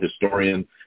historian